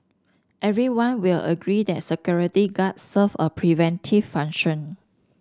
everyone will agree that security guards serve a preventive function